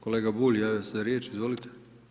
Kolega Bulj javio se za riječ, izvolite.